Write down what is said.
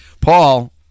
Paul